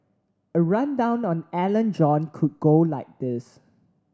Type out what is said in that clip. a rundown on Alan John could go like this